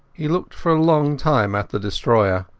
he looked for a long time at the destroyer.